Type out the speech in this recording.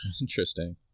Interesting